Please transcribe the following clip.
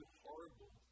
horrible